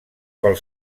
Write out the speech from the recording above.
pel